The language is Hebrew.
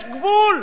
יש גבול.